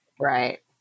Right